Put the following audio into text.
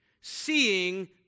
Seeing